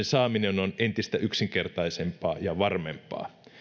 saaminen on entistä yksinkertaisempaa ja varmempaa